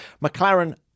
McLaren